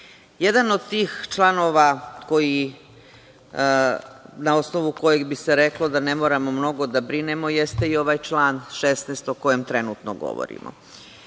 od tih članova na osnovu koji bi se reklo da ne moramo mnogo da brinemo, jeste i ovaj član 16. o kojem trenutno govorimo. Vi